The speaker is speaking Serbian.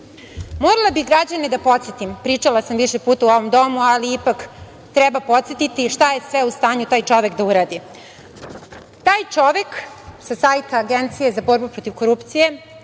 bih građane da podsetim, pričala sam više puta u ovom domu, ali ipak treba podsetiti i šta je sve u stanju taj čovek da uradi. Taj čovek sa sajta Agencije za borbu protiv korupcije,